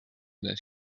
that